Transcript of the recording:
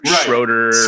Schroeder